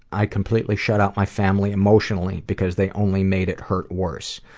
i completely shut out my family emotionally, because they only made it hurt worse.